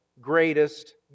greatest